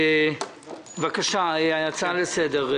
בקשה, הצעה לסדר.